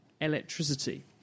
electricity